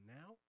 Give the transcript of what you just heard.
now